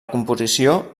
composició